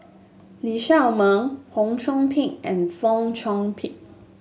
Lee Shao Meng Fong Chong Pik and Fong Chong Pik